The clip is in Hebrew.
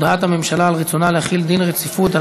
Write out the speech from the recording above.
הודעת הממשלה על רצונה להחיל דיו רציפות על